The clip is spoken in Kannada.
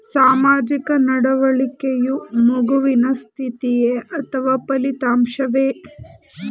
ಸಾಮಾಜಿಕ ನಡವಳಿಕೆಯು ಮಗುವಿನ ಸ್ಥಿತಿಯೇ ಅಥವಾ ಫಲಿತಾಂಶವೇ?